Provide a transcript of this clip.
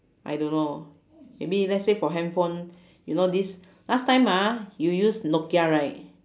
I don't know maybe let's say for handphone you know this last time ah you use nokia right